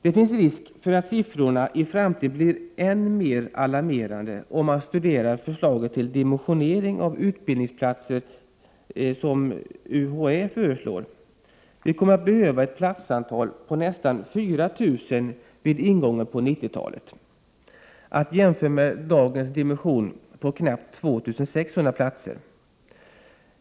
Det finns risk för att siffrorna i framtiden blir än mer alarmerande, om man studerar UHÄ:s förslag till dimensionering av utbildningsplatser. Det kommer att behövas nästan 4 000 platser vid ingången av 1990-talet, att jämföra med årets dimension på knappt 2 600 platser.